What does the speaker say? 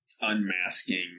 unmasking